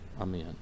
amen